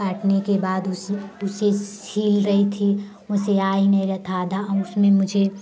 काटने के बाद उसे उसे सिल रही थी वो सिला ही नहीं रहा था आधा उसमें मुझे